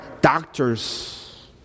doctors